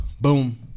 Boom